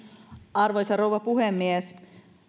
arvoisa rouva puhemies